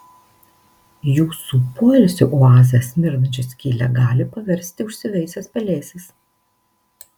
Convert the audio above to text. jūsų poilsio oazę smirdančia skyle gali paversti užsiveisęs pelėsis